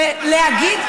ולהגיד,